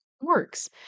works